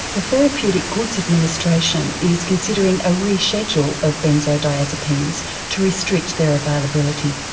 the therapeutic goods administration is considering a reschedule of benzodiazepines to restrict their availability.